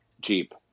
Jeep